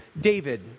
David